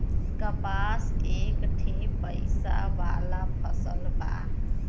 कपास एक ठे पइसा वाला फसल बा